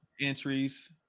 Entries